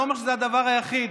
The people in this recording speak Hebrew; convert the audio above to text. ואני לא אומר שזה הדבר היחיד,